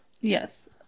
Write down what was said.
Yes